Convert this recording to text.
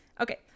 Okay